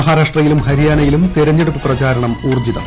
മഹാരാഷ്ട്രയിലും ഹരിയാന്റിയിലും തിരഞ്ഞെടുപ്പ് പ്രചാരണം ഉൌർജ്ജിതം